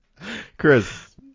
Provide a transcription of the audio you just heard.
Chris